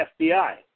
FBI